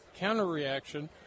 counter-reaction